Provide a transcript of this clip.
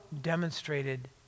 demonstrated